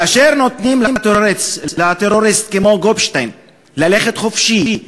כאשר נותנים לטרוריסט כמו גופשטיין ללכת חופשי,